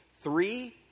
Three